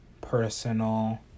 personal